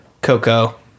coco